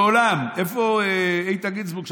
לעולם" איפה איתן גינזבורג,